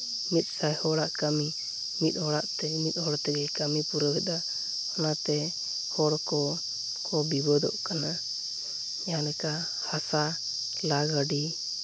ᱢᱤᱫ ᱥᱟᱭ ᱦᱚᱲᱟᱜ ᱠᱟᱹᱢᱤ ᱢᱤᱫ ᱦᱚᱲᱟᱜ ᱛᱮ ᱢᱤᱫ ᱦᱚᱲ ᱛᱮᱜᱮ ᱠᱟᱹᱢᱤ ᱯᱩᱨᱟᱹᱣᱮᱫᱟ ᱚᱱᱟᱛᱮ ᱦᱚᱲ ᱠᱚ ᱵᱤᱵᱟᱹᱫᱚᱜ ᱠᱟᱱᱟ ᱡᱟᱦᱟᱸ ᱞᱮᱠᱟ ᱦᱟᱥᱟ ᱞᱟ ᱜᱟᱹᱰᱤ